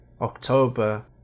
October